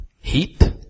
heat